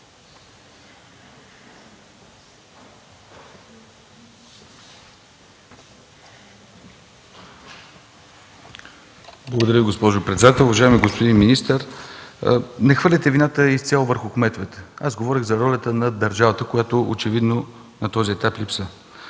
Благодаря, госпожо председател. Уважаеми господин министър, не хвърляйте вината изцяло върху кметовете. Аз говорих за ролята на държавата, която очевидно на този етап липсва.